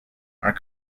are